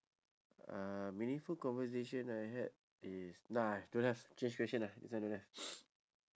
uh meaningful conversation I had is nah I don't have change question ah this one don't have